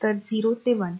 तर 0 ते 1